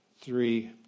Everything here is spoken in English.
three